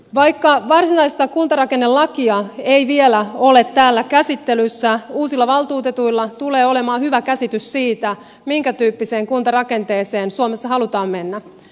vaikka varsinaista kuntarakennelakia ei vielä ole täällä käsittelyssä uusilla valtuutetuilla tulee olemaan hyvä käsitys siitä minkä tyyppiseen kuntarakenteeseen suomessa halutaan mennä